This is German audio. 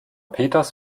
peters